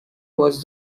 was